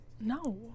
no